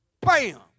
bam